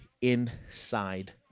inside